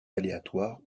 aléatoire